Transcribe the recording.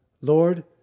Lord